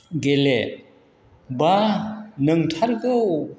गेले एबा नंथारगौ